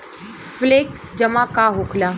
Flexi जमा का होखेला?